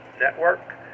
Network